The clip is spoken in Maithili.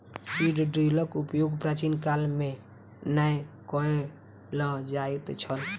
सीड ड्रीलक उपयोग प्राचीन काल मे नै कय ल जाइत छल